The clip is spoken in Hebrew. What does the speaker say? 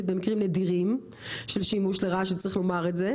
במקרים נדירים של שימוש לרעה" שצריך לומר את זה,